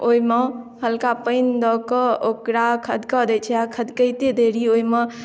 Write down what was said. ओहिमे हलका पानि दऽ कऽ ओकरा खदकऽ दै छै आ खदकैते देरी ओहिमे